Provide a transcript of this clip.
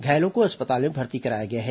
घायलों को अस्पताल में भर्ती कराया गया है